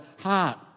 heart